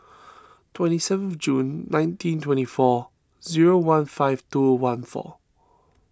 twenty seven June nineteen twenty four zero one five two one four